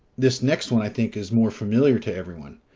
this next one, i think, is more familiar to everyone.